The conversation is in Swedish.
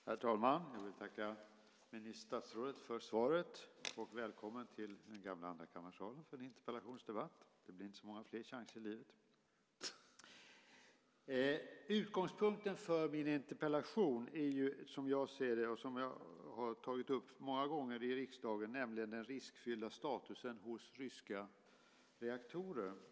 Herr talman! Jag vill tacka statsrådet för svaret och önska henne välkommen till den gamla andrakammarsalen för en interpellationsdebatt. Det lär inte bli så många fler sådana chanser. Utgångspunkten för min interpellation är, som jag ser det och som jag många gånger tagit upp i riksdagen, den riskfyllda statusen hos ryska reaktorer.